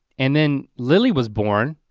and then lily was born.